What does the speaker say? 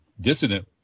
dissident